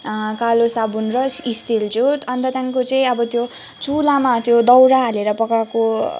कालो साबुन र स्टिल झुट अन्त त्यहाँदेखिको चाहिँ अब त्यो चुल्हामा त्यो दाउरा हालेर पकाएको